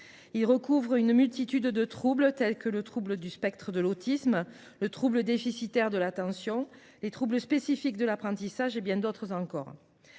Ils recouvrent une multitude de troubles, tels que le trouble du spectre de l’autisme, le trouble déficitaire de l’attention, les troubles spécifiques de l’apprentissage et bien d’autres encore.